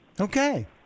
Okay